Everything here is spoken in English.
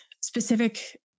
specific